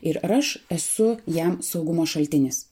ir ar aš esu jam saugumo šaltinis